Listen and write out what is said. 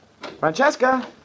Francesca